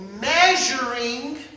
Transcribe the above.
measuring